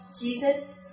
Jesus